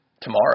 tomorrow